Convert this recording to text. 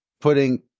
putting